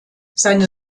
seine